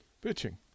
pitching